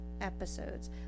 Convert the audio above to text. episodes